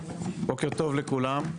בוקר טוב לכולם,